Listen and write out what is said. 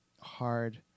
hard